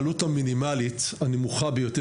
העלות המינימאלית שמשלמים נמוכה מהעלות האמיתית